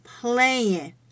playing